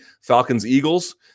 Falcons-Eagles